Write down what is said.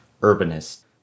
urbanist